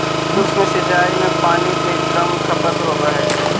सूक्ष्म सिंचाई में पानी के कम खपत होवऽ हइ